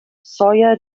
soia